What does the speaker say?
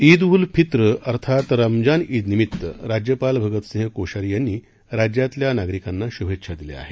ईद उल फित्र ार्थ्रात रमजान ईदनिमित्त राज्यपाल भगतसिंह कोश्यारी यांनी राज्यातल्या नागरिकांना शूभेच्छा दिल्या आहेत